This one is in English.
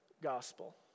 gospel